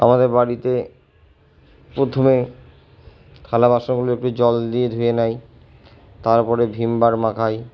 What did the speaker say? আমাদের বাড়িতে পোথমে থালাবাসনগুলো একটু জল দিয়ে ধুয়ে নেয় তারপরে ভিম বার মাখায়